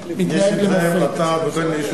אתה ואני.